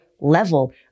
level